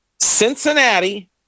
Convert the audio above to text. Cincinnati